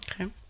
Okay